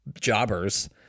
jobbers